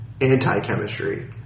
anti-chemistry